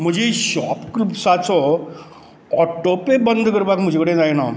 म्हजी शॉपक्रुप्साचो autopay बंद करपाक म्हजे कडे जायना